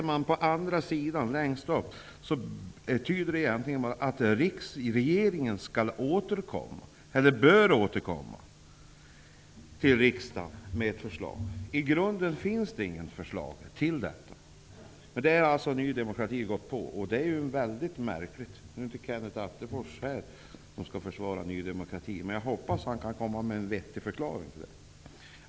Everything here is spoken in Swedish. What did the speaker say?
I utskottsbetänkandet längst upp på s. 2 sägs bara att regeringen bör återkomma till riksdagen med ett förslag. I grunden finns det inte något förslag till en sänkning. Ny demokrati har gått på detta. Det är mycket märkligt. Nu är inte Kenneth Attefors här i kammaren, som skall försvara Ny demokrati. Men jag hoppas att han kan komma med en vettig förklaring.